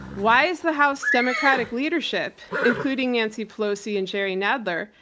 why is the house democratic leadership, including nancy pelosi and jerry nadler,